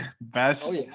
best